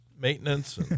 maintenance